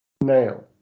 now